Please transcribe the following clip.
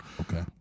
Okay